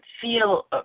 feel